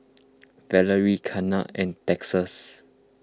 Valerie Kathern and Texas